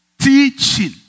teaching